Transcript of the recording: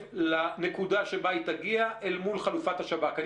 לנקודה שבה היא תגיע אל מול חלופת השב"כ.